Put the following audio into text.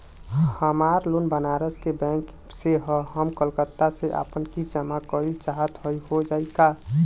हमार लोन बनारस के बैंक से ह हम कलकत्ता से आपन किस्त जमा कइल चाहत हई हो जाई का?